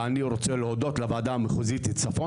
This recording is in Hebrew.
ואני רוצה להודות לוועדה המחוזית צפון